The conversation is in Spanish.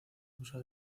causa